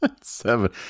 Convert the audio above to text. Seven